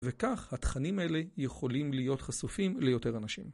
וכך התכנים האלה יכולים להיות חשופים ליותר אנשים.